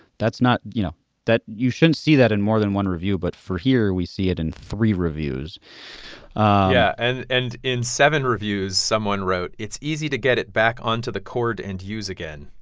that's not, you know that you shouldn't see that in more than one review. but for here, we see it in three reviews yeah. and and in seven reviews, someone wrote, it's easy to get it back onto the cord and use again.